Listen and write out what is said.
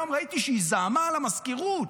היום ראיתי שהיא זעמה על המזכירות.